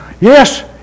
yes